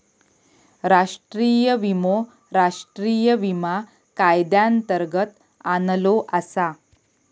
राष्ट्रीय विमो राष्ट्रीय विमा कायद्यांतर्गत आणलो आसा